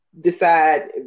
decide